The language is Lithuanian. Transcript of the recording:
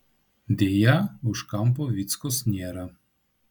deja už kampo vyckos nėra